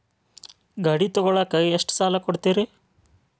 ಗಾಡಿ ತಗೋಳಾಕ್ ಎಷ್ಟ ಸಾಲ ಕೊಡ್ತೇರಿ?